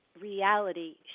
reality